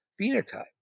phenotype